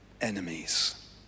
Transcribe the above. enemies